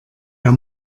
der